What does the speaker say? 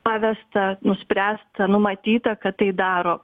pavesta nuspręsta numatyta kad tai daro